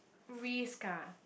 risk ah